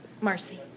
Marcy